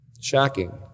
Shocking